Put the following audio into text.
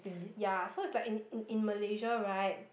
ya so is like in in in malaysia right